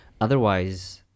Otherwise